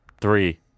three